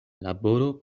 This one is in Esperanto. laboro